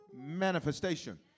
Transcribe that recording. Manifestation